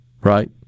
right